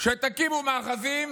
שתקימו מאחזים